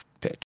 pitch